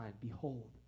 Behold